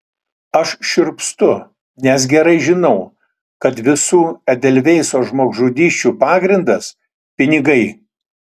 aš šiurpstu nes gerai žinau kad visų edelveiso žmogžudysčių pagrindas pinigai